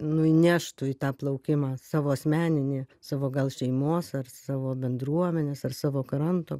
nuneštų į tą plaukimą savo asmeninį savo gal šeimos ar savo bendruomenės ar savo kranto